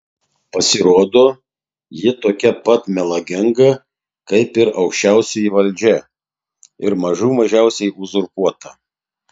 pasirodo ji tokia pat melaginga kaip ir aukščiausioji valdžia ir mažų mažiausiai uzurpuota